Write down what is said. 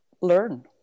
learn